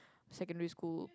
secondary school